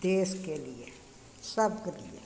देशके लिये सबके लिये